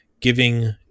giving